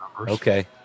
Okay